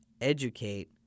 Educate